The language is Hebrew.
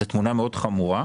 זו תמונה מאוד חמורה.